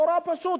נורא פשוט.